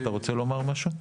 אתה רוצה לומר משהו?